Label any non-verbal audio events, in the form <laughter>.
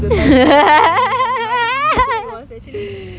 <noise>